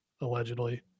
allegedly